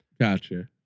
Gotcha